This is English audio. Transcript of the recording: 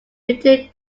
written